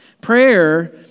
Prayer